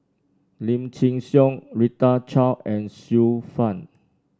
Lim Chin Siong Rita Chao and Xiu Fang